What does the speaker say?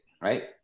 right